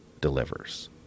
delivers